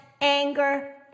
anger